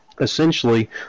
essentially